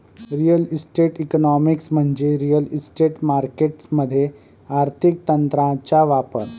real estate economics म्हणजे real estate markets मध्ये आर्थिक तंत्रांचा वापर